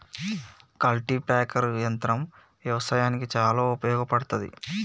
cultipacker యంత్రం వ్యవసాయానికి చాలా ఉపయోగపడ్తది